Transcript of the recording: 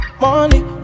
Money